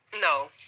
no